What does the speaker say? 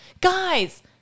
guys